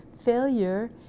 Failure